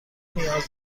نیاز